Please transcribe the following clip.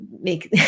make